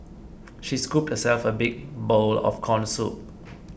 she scooped herself a big bowl of Corn Soup